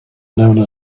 known